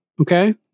okay